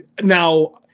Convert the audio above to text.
now